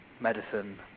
medicine